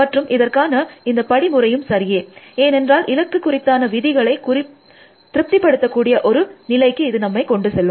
மற்றும் இதற்கான இந்த படிமுறையும் சரியே ஏனென்றால் இலக்கு குறித்தான விதிகளை திருப்திப்படுத்தக்கூடிய ஒரு நிலை இது நம்மை கொண்டு செல்லும்